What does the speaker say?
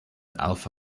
alpha